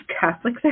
Catholic